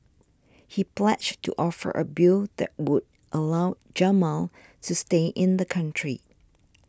he pledged to offer a bill that would allow Jamal to stay in the country